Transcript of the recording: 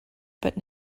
but